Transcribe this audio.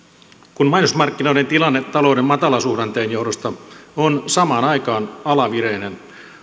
kun mainosmarkkinoiden tilanne talouden matalasuhdanteen johdosta on samaan aikaan alavireinen